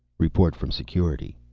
report from security.